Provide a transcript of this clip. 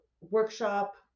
workshop